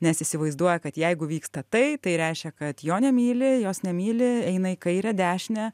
nes įsivaizduoja kad jeigu vyksta tai tai reiškia kad jo nemyli jos nemyli eina į kairę dešinę